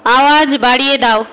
আওয়াজ বাড়িয়ে দাও